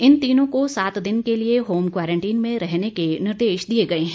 इन तीनों को सात दिन के लिये होम क्वारंटाइन में रहने के निर्देश दिये गए हैं